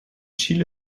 chile